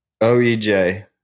O-E-J